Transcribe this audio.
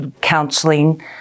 counseling